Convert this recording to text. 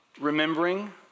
remembering